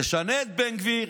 תחליף את בן גביר,